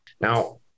Now